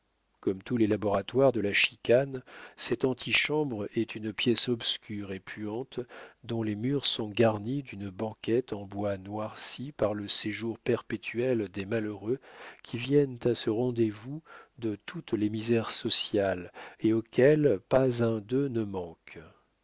comme tous les laboratoires de la chicane cette antichambre est une pièce obscure et puante dont les murs sont garnis d'une banquette en bois noirci par le séjour perpétuel des malheureux qui viennent à ce rendez-vous de toutes les misères sociales et auquel pas un d'eux ne